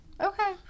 Okay